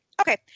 Okay